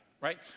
right